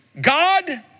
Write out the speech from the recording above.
God